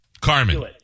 Carmen